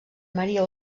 maria